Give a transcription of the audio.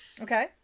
Okay